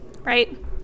Right